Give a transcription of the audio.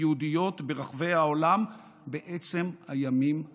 יהודיות ברחבי העולם בעצם הימים האלה,